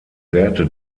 werte